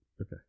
Okay